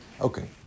Okay